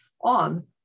on